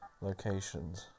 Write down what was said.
locations